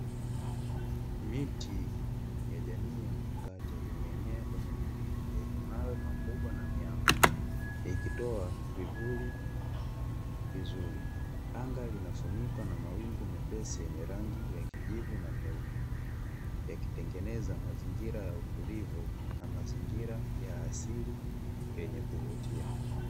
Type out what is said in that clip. Miti ya jamii ya mpungate imenea kwenye milima yenye mawe makubwa na miamba, ikitoa kivuli kizuri. Anga linafunikwa na mawingu mepesi yenye rangi ya kijivu na nyeupe, yakitengeneza mazingira ya utulivu na mazingira ya asili yenye kuvutia.